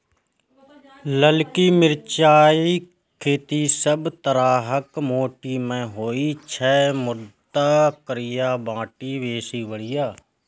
ललकी मिरचाइक खेती सब तरहक माटि मे होइ छै, मुदा करिया माटि बेसी बढ़िया